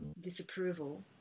disapproval